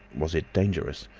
was it dangerous?